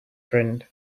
friend